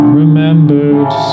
remembered